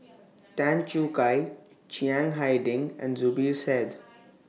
Tan Choo Kai Chiang Hai Ding and Zubir Said